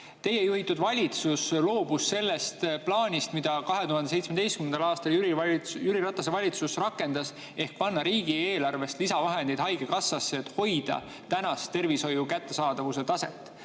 Teie juhitud valitsus loobus plaanist, mida 2017. aastal Jüri Ratase valitsus rakendas: panna riigieelarvest lisavahendeid haigekassasse, et hoida tänast tervishoiu kättesaadavuse taset.